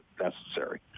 necessary